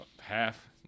Half